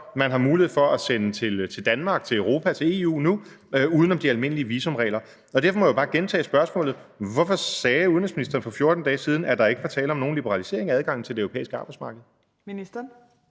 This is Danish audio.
man har mulighed for at sende til Danmark, til Europa, til EU nu uden om de almindelige visumregler, og derfor må jeg bare gentage spørgsmålet: Hvorfor sagde udenrigsministeren for 14 dage siden, at der ikke var tale om nogen liberalisering af adgangen til det europæiske arbejdsmarked? Kl.